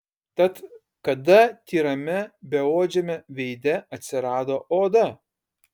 tad kada tyrame beodžiame veide atsirado oda